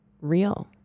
real